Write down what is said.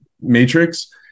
matrix